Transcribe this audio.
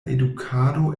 edukado